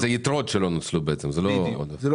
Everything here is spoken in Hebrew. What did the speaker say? זה יתרות שלא נוצלו, זה לא עודף.